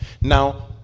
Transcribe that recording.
Now